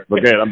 Okay